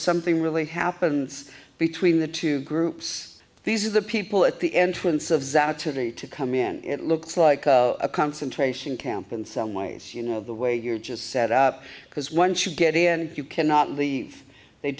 something really happens between the two groups these are the people at the entrance of saturday to come in it looks like a concentration camp in some ways you know the way you're just set up because once you get in you cannot leave they